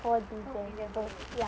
fourth december ya